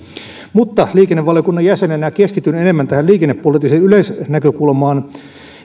mutta liikennevaliokunnan jäsenenä keskityn enemmän tähän liikennepoliittiseen yleisnäkökulmaan